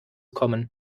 kommen